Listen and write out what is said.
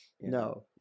no